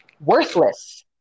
worthless